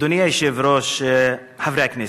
אדוני היושב-ראש, חברי הכנסת,